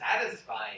satisfying